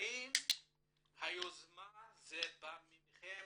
האם היוזמה באה מכם